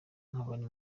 nk’abari